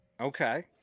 Okay